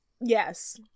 Yes